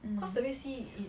cause the red sea it